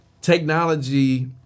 technology